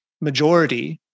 majority